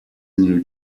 new